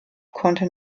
konnte